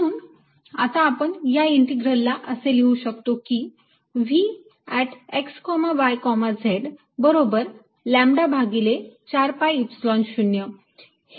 म्हणून आता आपण या इंटीग्रलला असे लिहू शकतो की Vx y z बरोबर लॅम्बडा भागिले 4 pi Epsilon 0